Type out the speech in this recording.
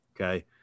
Okay